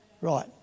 right